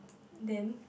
then